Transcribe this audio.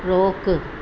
रोक़ु